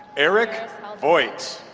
eric ah voigt